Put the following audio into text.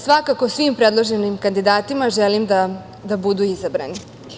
Svakako, svim predloženim kandidatima želim da budu izabrani.